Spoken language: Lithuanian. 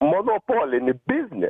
monopolinį biznį